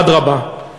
אדרבה,